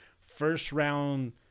first-round